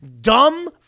Dumb